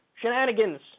shenanigans